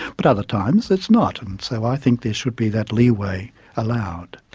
but other times it's not. and so i think there should be that leeway allowed.